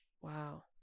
Wow